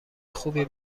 خوبی